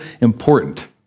important